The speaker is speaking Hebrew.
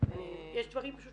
יש דברים פשוט